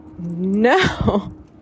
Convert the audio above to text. No